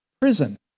prison